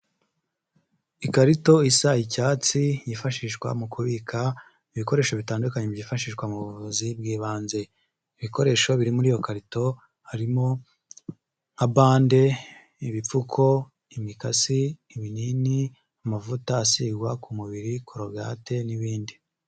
Ikarito isa icyatsi yifashishwa mu kubika ibikoresho bitandukanye byifashishwa mu buvuzi bw'ibanze. Ibikoresho biri muri iyo karito harimo nka bande, ibipfuko, imikasi, ibinini, amavuta asigwa ku mubiri, korogate n'ibindi.